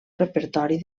repertori